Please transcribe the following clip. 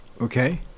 okay